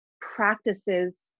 practices